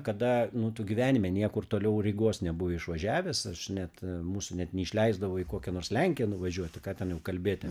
kada nu tu gyvenime niekur toliau rygos nebuvai išvažiavęs aš net mūsų net neišleisdavo į kokią nors lenkiją nuvažiuot tai ką ten jau kalbėt